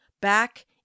back